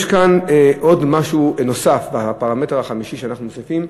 יש כאן עוד משהו, בפרמטר החמישי שאנחנו מוסיפים: